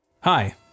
Hi